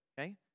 okay